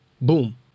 boom